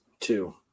two